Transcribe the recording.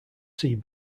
see